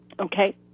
Okay